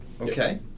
Okay